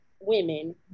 women